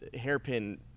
hairpin